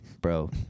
bro